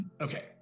okay